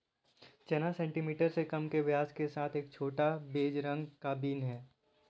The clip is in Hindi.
चना सेंटीमीटर से कम के व्यास के साथ एक छोटा, बेज रंग का बीन है